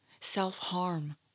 self-harm